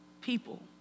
people